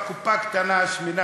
ולא נקבל צמיחה.